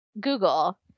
google